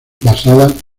basada